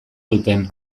duten